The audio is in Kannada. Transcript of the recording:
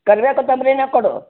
ಕರ್ಬೇವು ಕೊತ್ತಂಬರಿನೇ ಕೊಡು